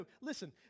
Listen